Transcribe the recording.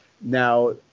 Now